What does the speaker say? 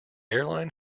airline